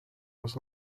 was